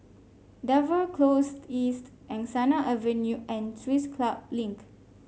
Dover Close East Angsana Avenue and Swiss Club Link